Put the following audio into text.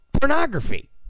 pornography